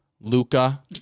Luca